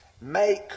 Make